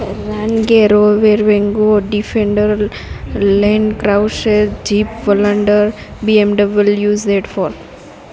રાન Rover વેંગો Defender Land Cruiser Jeep Wrangler BMW Z four